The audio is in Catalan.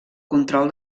control